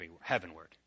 heavenward